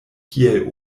kiel